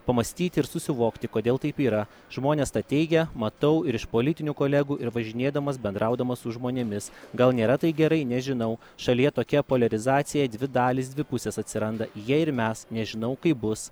pamąstyti ir susivokti kodėl taip yra žmonės tą teigia matau ir iš politinių kolegų ir važinėdamas bendraudamas su žmonėmis gal nėra tai gerai nežinau šalyje tokia poliarizacija dvi dalys dvi pusės atsiranda jie ir mes nežinau kaip bus